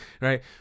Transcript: right